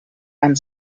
and